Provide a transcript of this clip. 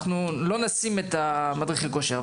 אנחנו לא נשים את מדריכי הכושר,